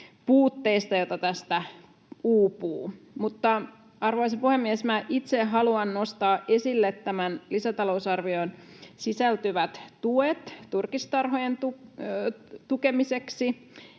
puutteista, siitä, mitä tästä uupuu. Mutta, arvoisa puhemies, minä itse haluan nostaa esille tähän lisätalousarvioon sisältyvät tuet turkistarhojen tukemiseksi.